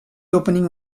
opening